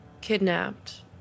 kidnapped